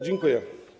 Dziękuję.